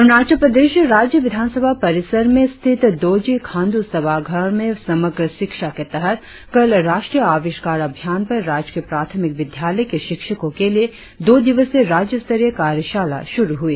अरुणाचल प्रदेश राज्य विधानसभा परिसर में स्थित दोरजी खांडू सभागार में समग्र शिक्षा के तहत कल राष्ट्रीय आविष्कार अभियान पर राजकीय प्राथमिक विद्यालय के शिक्षकों के लिए दो दिवसीय राज्य स्तरीय कार्यशाला शुरु हुई